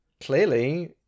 clearly